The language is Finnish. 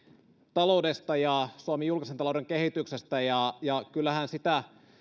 taloudesta ja suomen julkisen talouden kehityksestä ja ja kyllähän sitä